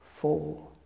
four